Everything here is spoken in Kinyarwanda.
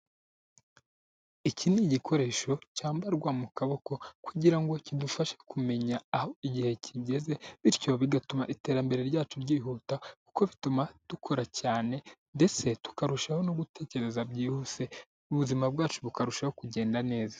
Iki ni igikoresho cyambarwa mu kaboko kugira ngo kidufashe kumenya aho igihe kigeze, bityo bigatuma iterambere ryacu ryihuta kuko bituma dukora cyane ndetse tukarushaho no gutekereza byihuse, ubuzima bwacu bukarushaho kugenda neza.